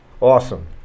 Awesome